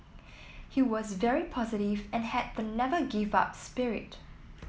he was very positive and had the never give up spirit